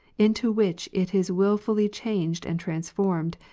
into which it is wilfully changed and transformed,